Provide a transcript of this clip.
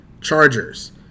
Chargers